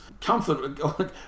comfort